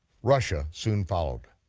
russia soon followed.